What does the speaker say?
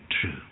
true